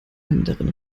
anderen